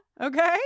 Okay